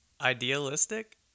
Idealistic